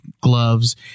gloves